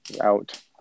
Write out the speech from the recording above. out